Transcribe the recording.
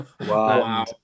wow